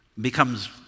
becomes